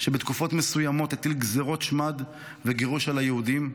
שבתקופות מסוימות הטיל גזרות שמד וגירוש על היהודים.